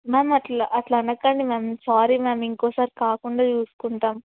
ma'am అట్లా అట్లా అనకండి మ్యామ్ సారీ మ్యామ్ ఇంకోసారి కాకుండా చూసుకుంటాం